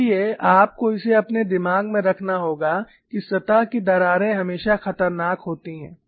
इसलिए आपको इसे अपने दिमाग में रखना होगा कि सतह की दरारें हमेशा खतरनाक होती हैं